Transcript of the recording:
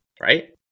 right